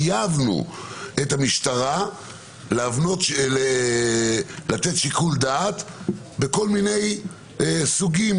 חייבנו את המשטרה לתת שיקול דעת בכל מיני סוגים.